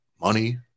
money